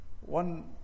One